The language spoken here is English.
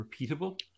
repeatable